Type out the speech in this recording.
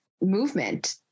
movement